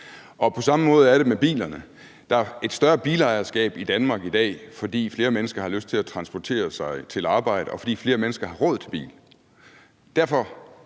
På samme måde er det med bilerne. Der er et større bilejerskab i Danmark i dag, fordi flere mennesker har lyst til at transportere sig til arbejdet, og fordi flere mennesker har råd til bil.